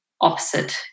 opposite